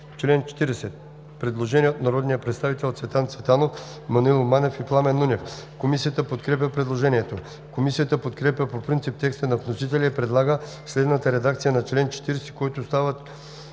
чл. 40 има предложение от народните представители Цветан Цветанов, Маноил Манев и Пламен Нунев. Комисията подкрепя предложението. Комисията подкрепя по принцип текста на вносителя и предлага следната редакция на чл. 40, който става чл.